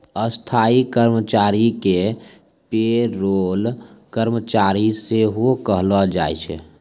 स्थायी कर्मचारी के पे रोल कर्मचारी सेहो कहलो जाय छै